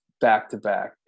Back-to-back